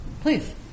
Please